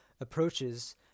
approaches